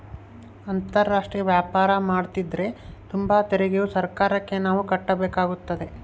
ಅಂತಾರಾಷ್ಟ್ರೀಯ ವ್ಯಾಪಾರ ಮಾಡ್ತದರ ತುಂಬ ತೆರಿಗೆಯು ಸರ್ಕಾರಕ್ಕೆ ನಾವು ಕಟ್ಟಬೇಕಾಗುತ್ತದೆ